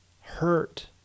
hurt